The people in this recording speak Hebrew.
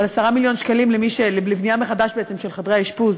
אבל 10 מיליון שקלים לבנייה מחדש בעצם של חדרי האשפוז.